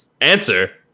Answer